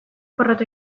porrot